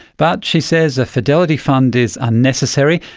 but she says a fidelity fund is unnecessary,